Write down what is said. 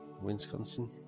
Wisconsin